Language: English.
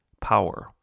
power